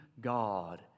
God